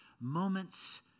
moments